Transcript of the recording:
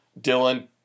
Dylan